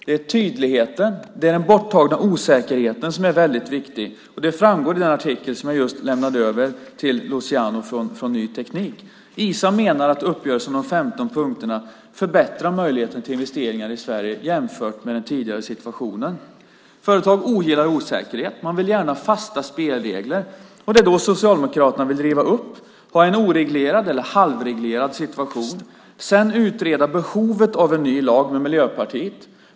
Det är tydligheten och den borttagna osäkerheten som är väldigt viktig, och det framgår i den artikel i Ny Teknik som jag just lämnade över till Luciano. ISA menar att uppgörelsen, de 15 punkterna, förbättrar möjligheten till investeringar i Sverige jämfört med den tidigare situationen. Företag ogillar osäkerhet. De vill gärna ha fasta spelregler. Det är då som Socialdemokraterna vill riva upp och ha en oreglerad eller halvreglerad situation och sedan utreda behovet av en ny lag med Miljöpartiet.